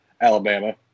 Alabama